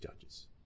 judges